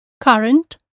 Current